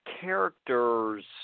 characters